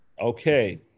okay